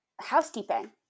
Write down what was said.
Housekeeping